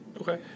Okay